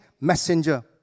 messenger